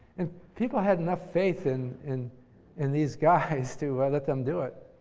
and people had enough faith in in and these guys to let them do it.